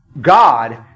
God